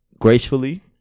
gracefully